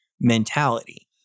mentality